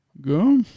go